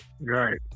Right